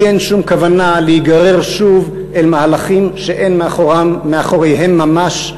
לי אין שום כוונה להיגרר שוב אל מהלכים שאין מאחוריהם ממש,